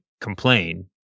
complain